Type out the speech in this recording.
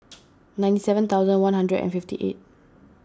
ninety seven thousand one hundred and fifty eight